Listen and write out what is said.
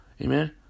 Amen